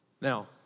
Now